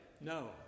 No